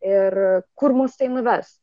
ir kur mus tai nuves